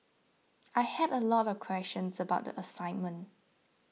I had a lot of questions about the assignment